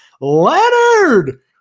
Leonard